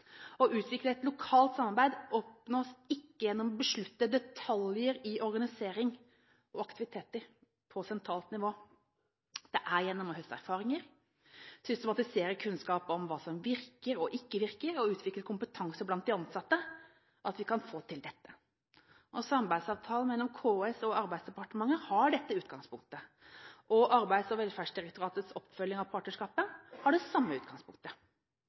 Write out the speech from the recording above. Å utvikle et lokalt samarbeid oppnås ikke gjennom å beslutte detaljer i organisering og aktiviteter på sentralt nivå. Det er gjennom å høste erfaringer, systematisere kunnskap om hva som virker og ikke virker, og utvikle kompetanse blant de ansatte at vi kan få til dette. Samarbeidsavtalen mellom KS og Arbeidsdepartementet har dette utgangspunktet, og Arbeids- og velferdsdirektoratets oppfølging av partnerskapet har det samme utgangspunktet.